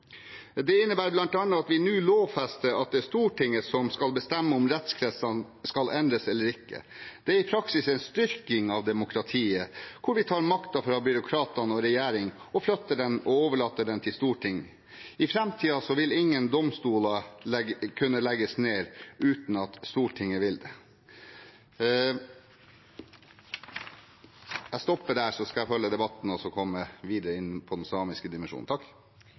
Det innebærer bl.a. at vi nå lovfester at det er Stortinget som skal bestemme om rettskretsene skal endres eller ikke. Det er i praksis en styrking av demokratiet, hvor vi tar makten fra byråkrater og regjering og flytter og overlater den til Stortinget. I framtiden vil ingen domstoler kunne legges ned uten at Stortinget vil det. Jeg stopper der, så skal jeg følge debatten og komme videre inn på den samiske